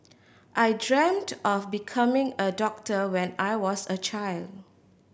I dreamt of becoming a doctor when I was a child